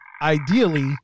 Ideally